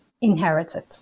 inherited